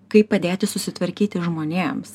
kaip padėti susitvarkyti žmonėms